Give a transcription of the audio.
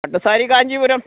പട്ട് സാരി കാഞ്ചീപുരം